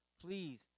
Please